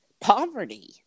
poverty